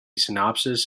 synopsis